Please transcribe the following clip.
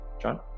John